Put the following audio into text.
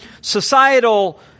societal